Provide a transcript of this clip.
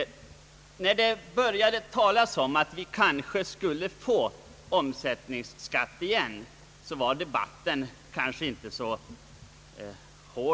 När man åter började tala om att införa omsättningsskatt förekom ingen livligare debatt.